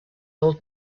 old